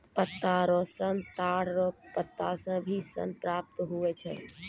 पत्ता रो सन ताड़ रो पत्ता से भी सन प्राप्त हुवै छै